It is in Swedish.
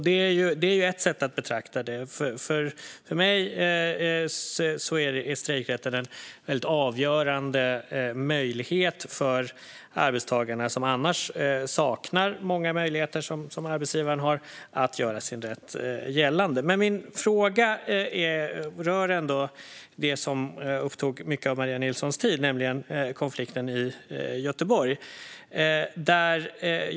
Det är ett sätt att betrakta det. För mig är strejkrätten en avgörande möjlighet för arbetstagarna, som annars saknar många möjligheter som arbetsgivaren har, att göra sin rätt gällande. Min fråga rör det som upptog en stor del av Maria Nilssons anförande, nämligen konflikten i Göteborg.